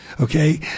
okay